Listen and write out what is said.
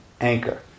anchor